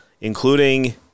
including